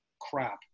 crap